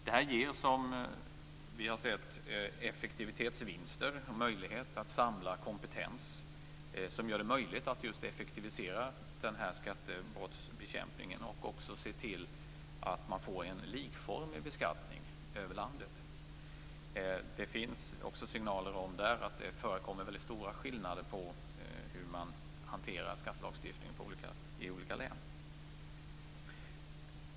Det här ger, som vi har sett, effektivitetsvinster och möjlighet att samla kompetens, vilket gör det möjligt att effektivisera skattebrottsbekämpningen och se till att man får en likformig beskattning över landet. Det har kommit signaler om att det förekommer väldigt stora skillnader mellan olika län i hur man hanterar skattelagstiftningen.